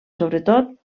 sobretot